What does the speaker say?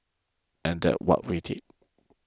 and that's what we did